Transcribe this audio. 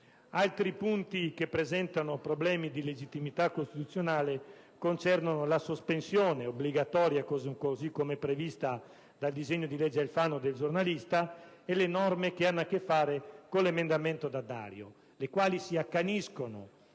Altri punti che presentano problemi di illegittimità costituzionale concernono la sospensione obbligatoria - così come prevista dal disegno di legge Alfano - del giornalista e le norme che hanno a che fare con "l'emendamento D'Addario", le quali si accaniscono